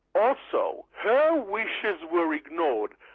also her wishes were ignored.